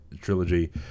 trilogy